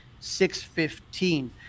615